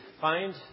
find